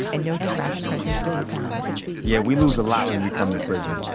and no trash treasures to be found yeah, we lose a lot when we come to prison.